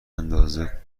اندازه